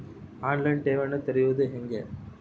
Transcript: On line ಠೇವಣಿ ತೆರೆಯುವುದು ಹೇಗೆ?